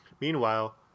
Meanwhile